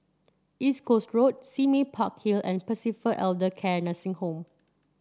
East Coast Road Sime Park Hill and Pacific Elder Care Nursing Home